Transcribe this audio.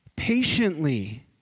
Patiently